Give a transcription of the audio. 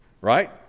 right